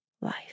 life